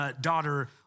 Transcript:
daughter